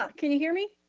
ah can you hear me?